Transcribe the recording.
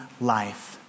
life